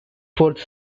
fourth